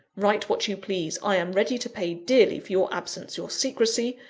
write what you please i am ready to pay dearly for your absence, your secrecy,